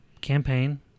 campaign